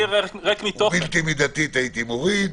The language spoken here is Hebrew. בלתי מידתית הייתי מוריד.